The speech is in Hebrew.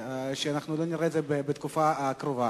אנחנו לא נראה את זה בתקופה הקרובה.